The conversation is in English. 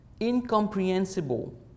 incomprehensible